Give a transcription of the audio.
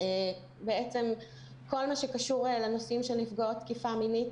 בעצם כל מה שקשור לנושאים של נפגעות תקיפה מינית,